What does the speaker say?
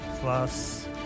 plus